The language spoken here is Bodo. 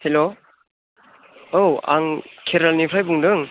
हेल' औ आं खेरानिफ्राय बुंदों